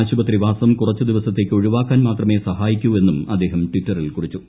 ആശുപത്രിവാസം കുറച്ചു ദിവസത്തേക്ക് ഒഴിവാക്കാൻ മാത്രമേ സഹായിക്കൂ എന്നും അദ്ദേഹം ട്വിറ്ററിൽ കുറിച്ചു